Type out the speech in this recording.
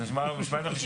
אז למה שידווח?